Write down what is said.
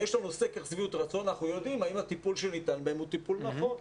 יהיה לנו סקר שביעות רצון ואנחנו נדע האם הטיפול שניתן הוא טיפול נכון.